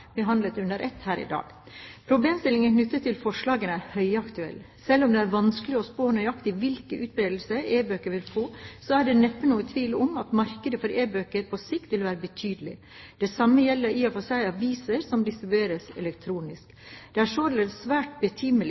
behandlet under ett her i dag. Problemstillingen knyttet til forslagene er høyaktuell. Selv om det er vanskelig å spå nøyaktig hvilken utbredelse e-bøker vil få, er det neppe noen tvil om at markedet for e-bøker på sikt vil være betydelig. Det samme gjelder i og for seg aviser som distribueres elektronisk. Det er således svært betimelig